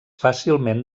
fàcilment